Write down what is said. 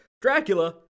Dracula